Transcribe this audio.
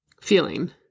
Feeling